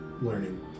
learning